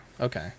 okay